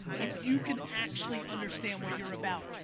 if you can actually understand what you're about.